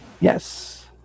Yes